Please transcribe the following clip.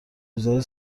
روزای